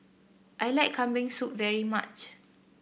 I like Kambing Soup very much